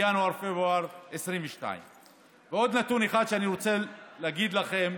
בינואר-פברואר 2022. ועוד נתון אחד שאני רוצה להגיד לכם: